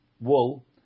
wool